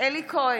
אלי כהן,